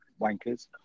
wankers